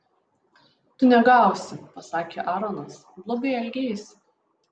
tu negausi pasakė aaronas blogai elgeisi